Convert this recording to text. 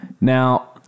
Now